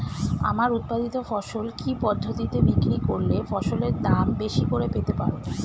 আমার উৎপাদিত ফসল কি পদ্ধতিতে বিক্রি করলে ফসলের দাম বেশি করে পেতে পারবো?